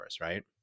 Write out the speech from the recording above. right